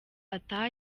ataha